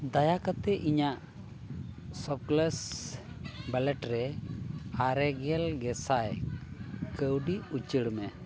ᱫᱟᱭᱟ ᱠᱟᱛᱮᱫ ᱤᱧᱟᱹᱜ ᱥᱚᱯᱠᱞᱩᱥ ᱚᱣᱟᱞᱮᱴ ᱨᱮ ᱟᱨᱮ ᱜᱮᱞ ᱜᱮᱥᱟᱭ ᱠᱟᱹᱣᱰᱤ ᱩᱪᱟᱹᱲ ᱢᱮ